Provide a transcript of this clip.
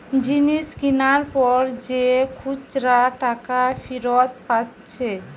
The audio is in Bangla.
জিনিস কিনার পর যে খুচরা টাকা ফিরত পাচ্ছে